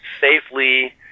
safely